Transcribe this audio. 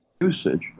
usage